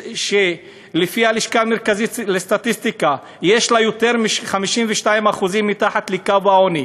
שלפי הלשכה המרכזית לסטטיסטיקה יותר מ-52% ממנה מתחת לקו העוני,